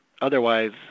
otherwise